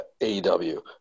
AEW